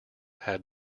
had